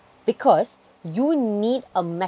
because you need a method